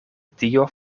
dio